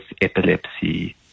epilepsy